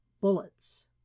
bullets